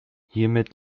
hiermit